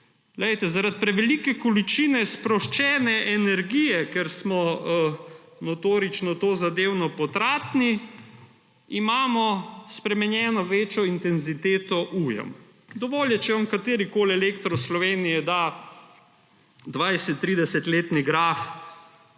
Zaradi prevelike količine sproščene energije, ker smo notorično tozadevno potratni, imamo spremenjeno, večjo intenziteto ujm. Dovolj je, če vam katerikoli elektro Slovenije da 20-, 30-letni graf,